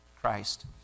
Christ